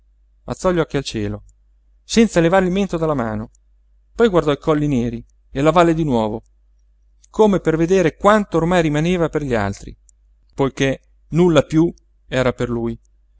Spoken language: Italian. alzò gli occhi al cielo senza levare il mento dalla mano poi guardò i colli neri e la valle di nuovo come per vedere quanto ormai rimaneva per gli altri poiché nulla piú era per lui